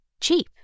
Cheap